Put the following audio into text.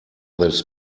this